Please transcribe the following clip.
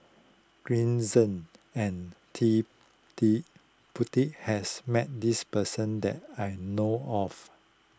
Green Zeng and Ted De Ponti has met this person that I know of